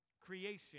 creation